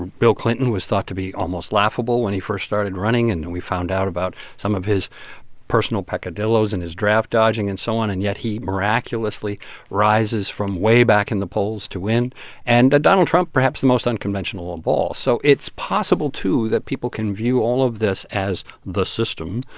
bill clinton was thought to be almost laughable when he first started running, and and we found out about some of his personal peccadilloes and his draft dodging and so on, and yet he miraculously rises from way back in the polls to win and donald trump, perhaps the most unconventional of but all so it's possible, too, that people can view all of this as the system,